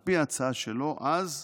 על פי ההצעה שלו אז,